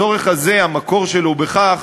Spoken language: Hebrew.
הצורך הזה, המקור שלו הוא בכך